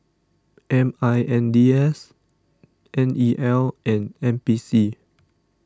M I N D S N E L and N P C